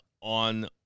on